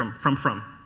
um from, from.